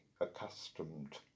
accustomed